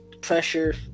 pressure